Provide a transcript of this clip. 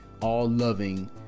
all-loving